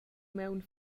maun